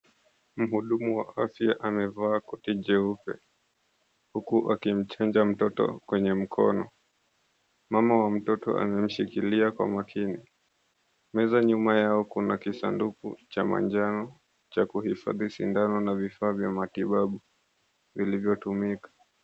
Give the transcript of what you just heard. Mhudumu wa afya amevaa koti jeupe huku akimchanja mtoto kwenye mkono. Mama wa mtoto anamshikilia kwa makini. Meza nyuma yao kuna kisanduku cha manjano cha kuhifadhi sindano na vifaa vya matibabu vilivyotumika.